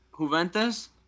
Juventus